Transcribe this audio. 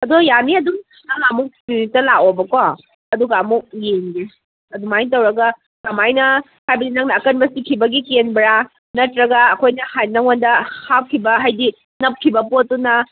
ꯑꯗꯣ ꯌꯥꯅꯤ ꯑꯗꯨꯝ ꯅꯪ ꯑꯃꯨꯛ ꯀ꯭ꯂꯤꯅꯤꯛꯇ ꯂꯥꯛꯑꯣꯕꯀꯣ ꯑꯗꯨꯒ ꯑꯃꯨꯛ ꯌꯦꯡꯒꯦ ꯑꯗꯨꯃꯥꯏꯅ ꯇꯧꯔꯒ ꯀꯃꯥꯏꯅ ꯍꯥꯏꯕꯗꯤ ꯅꯪꯅ ꯑꯀꯟꯕ ꯆꯤꯛꯈꯤꯕꯒꯤ ꯀꯦꯟꯕꯔꯥ ꯅꯠꯇ꯭ꯔꯒ ꯑꯩꯈꯣꯏꯅ ꯅꯉꯣꯟꯗ ꯍꯥꯞꯈꯤꯕ ꯍꯥꯏꯗꯤ ꯅꯞꯈꯤꯕ ꯄꯣꯠꯇꯨꯅ